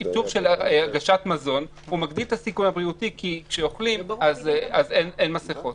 הגשת מזון מגביר את הסיכון הבריאותי כי כשאוכלים אז אין מסכות.